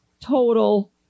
total